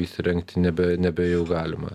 įsirengti nebe nebe jau galima